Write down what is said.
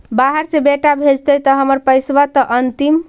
बाहर से बेटा भेजतय त हमर पैसाबा त अंतिम?